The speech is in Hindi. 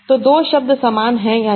तो दो शब्द समान हैं या नहीं